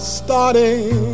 starting